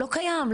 לא קיים.